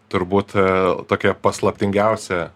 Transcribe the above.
turbūt tokia paslaptingiausia